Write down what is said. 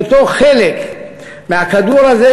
בהיותו חלק מהכדור הזה,